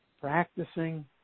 practicing